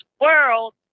world